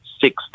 six